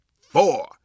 four